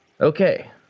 Okay